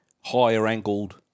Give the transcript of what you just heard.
higher-angled